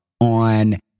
on